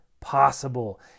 possible